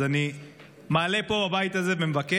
אז אני מעלה את זה פה בבית הזה ומבקש